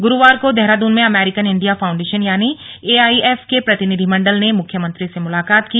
गुरुवार को देहरादून में अमेरिकन इण्डिया फाउण्डेशन यानि एआईएफ के प्रतिनिधिमण्डल ने मुख्यमंत्री से मुलाकात की